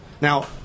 Now